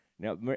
Now